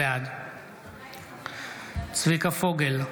בעד צביקה פוגל,